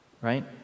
right